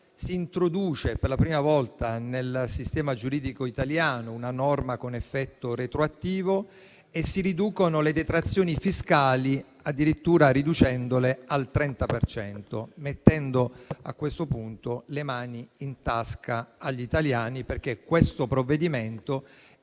si introduce per la prima volta nel sistema giuridico italiano una norma con effetto retroattivo e si riducono le detrazioni fiscali addirittura al 30 per cento, mettendo a questo punto le mani nelle tasche degli italiani, perché questo provvedimento